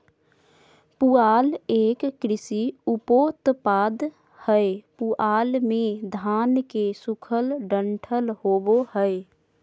पुआल एक कृषि उपोत्पाद हय पुआल मे धान के सूखल डंठल होवो हय